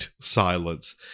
silence